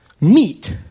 meat